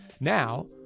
Now